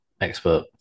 expert